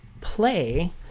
play